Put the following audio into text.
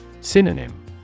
Synonym